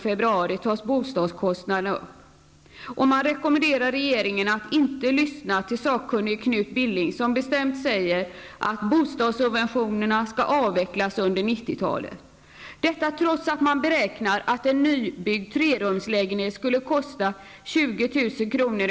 februari tas bostadskostnaderna upp, och man rekommenderar regeringen att inte lyssna till sakkunnige Knut Billing, som besämt säger att bostadssubventionerna skall avvecklas under 90 talet, detta trots att man beräknar att en nybyggd trerumslägenhet skulle kosta 20 000 kr.